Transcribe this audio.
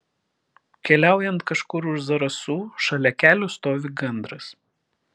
keliaujant kažkur už zarasų šalia kelio stovi gandras